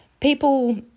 people